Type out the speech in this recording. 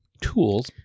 tools